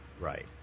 right